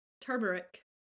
Turmeric